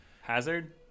Hazard